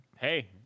Hey